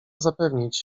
zapewnić